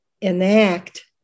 enact